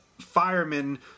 firemen